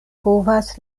kovas